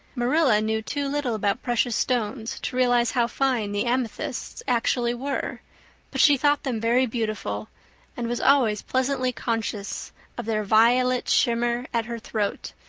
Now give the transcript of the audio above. marilla knew too little about precious stones to realize how fine the amethysts actually were but she thought them very beautiful and was always pleasantly conscious of their violet shimmer at her throat,